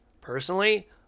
Personally